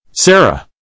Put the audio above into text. Sarah